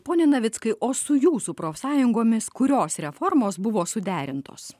pone navickai o su jūsų profsąjungomis kurios reformos buvo suderintos